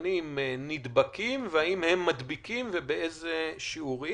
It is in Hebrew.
מחוסנים נדבקים והאם הם מדביקים ובאיזה שיעור?